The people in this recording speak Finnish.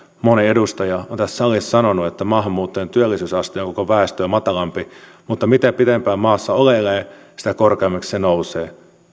moni edustaja tässä salissa on sanonut että maahanmuuttajien työllisyysaste on koko väestöä matalampi mutta mitä pidempään maassa oleilee sitä korkeammaksi se nousee